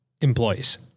employees